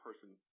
person